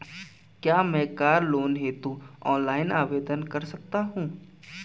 क्या मैं car loan हेतु ऑनलाइन आवेदन भी कर सकता हूँ?